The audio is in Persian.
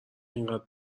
اینقدر